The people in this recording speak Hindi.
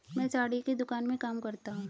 मैं साड़ी की दुकान में काम करता हूं